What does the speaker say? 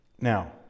Now